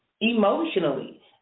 emotionally